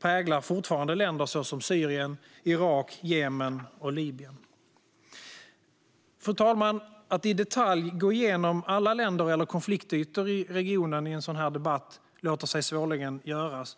präglar fortfarande länder såsom Syrien, Irak, Jemen och Libyen. Fru talman! Att i detalj gå igenom alla länder eller konfliktytor i regionen i en sådan här debatt låter sig svårligen göras.